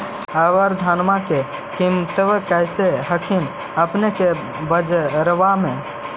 अबर धानमा के किमत्बा कैसन हखिन अपने के बजरबा में?